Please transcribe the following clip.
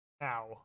Now